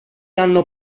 hanno